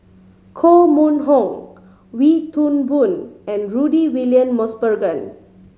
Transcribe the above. Koh Mun Hong Wee Toon Boon and Rudy William Mosbergen